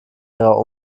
ihrer